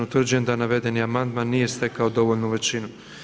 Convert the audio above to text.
Utvrđujem da navedeni amandman nije stekao dovoljnu većinu.